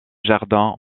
jardin